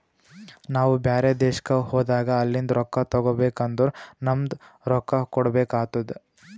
ನಾವು ಬ್ಯಾರೆ ದೇಶ್ಕ ಹೋದಾಗ ಅಲಿಂದ್ ರೊಕ್ಕಾ ತಗೋಬೇಕ್ ಅಂದುರ್ ನಮ್ದು ರೊಕ್ಕಾ ಕೊಡ್ಬೇಕು ಆತ್ತುದ್